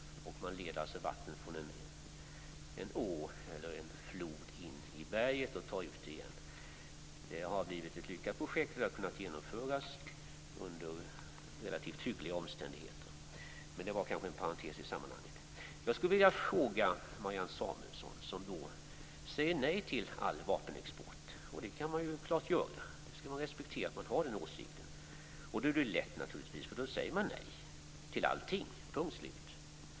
Vattnet leds från en flod in i berget och tas ut igen. Det hela har blivit ett lyckat projekt som har kunnat genomföras under relativt hyggliga omständigheter. Detta var kanske en parentes i sammanhanget. Marianne Samuelsson säger nej till all vapenexport, och det kan man så klart göra. Man skall respektera den åsikten. Har man den är det naturligtvis lätt. Då säger man nej till allting - punkt slut.